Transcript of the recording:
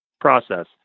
process